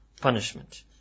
punishment